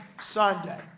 Sunday